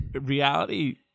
reality